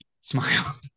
Smile